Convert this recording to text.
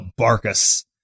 Barkus